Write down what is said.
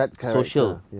Social